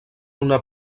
una